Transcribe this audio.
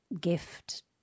gift